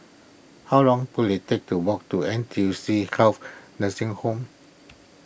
how long will it take to walk to N T U C Health Nursing Home